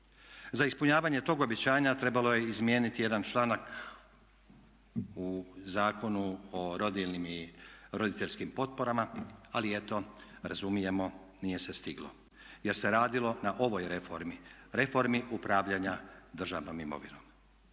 Za ispunjavanje tog obećanja trebalo je izmijeniti jedan članak u Zakonu o rodiljnim i roditeljskim potporama ali eto razumijemo nije se stiglo jer se radilo na ovoj reformi, reformi upravljanja državnom imovinom.